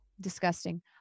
Disgusting